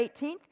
18th